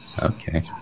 Okay